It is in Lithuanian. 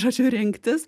žodžiu rinktis